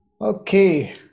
Okay